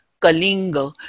Kalinga